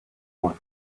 one